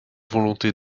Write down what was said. volonté